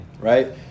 right